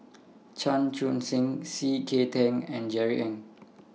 Chan Chun Sing C K Tang and Jerry Ng